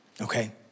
Okay